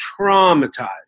traumatized